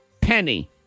penny